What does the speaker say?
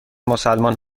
مسلمان